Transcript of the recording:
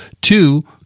Two